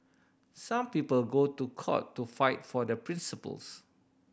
some people go to court to fight for their principles